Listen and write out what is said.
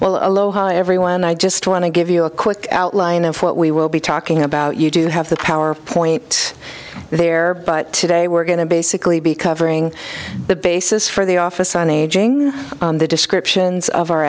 well aloha everyone i just want to give you a quick outline of what we will be talking about you do have the power point there but today we're going to basically be covering the basis for the office on aging the descriptions of our